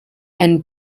and